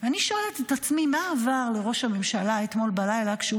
אני שואלת את עצמי מה עבר לראש הממשלה אתמול בלילה כשהוא